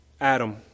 Adam